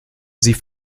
sie